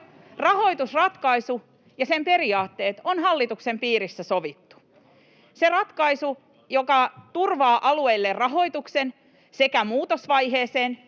Rahoitusratkaisu ja sen periaatteet on hallituksen piirissä sovittu: se ratkaisu, joka turvaa alueille rahoituksen, sekä ratkaisu muutosvaiheeseen,